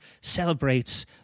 celebrates